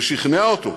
ושכנע אותו,